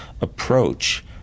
approach